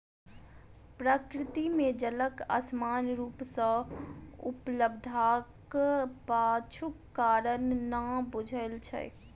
प्रकृति मे जलक असमान रूप सॅ उपलब्धताक पाछूक कारण नै बूझल छै